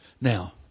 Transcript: Now